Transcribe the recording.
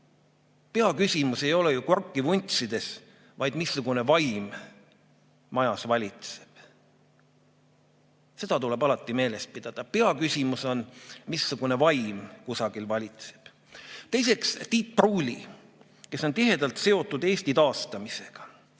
Peaküsimus ei ole ju Gorki vuntsides, vaid selles, missugune vaim majas valitseb. Seda tuleb alati meeles pidada. Peaküsimus on, missugune vaim kusagil valitseb. Teiseks. Tiit Pruuli, kes on tihedalt seotud Eesti [iseseisvuse]